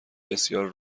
بسیار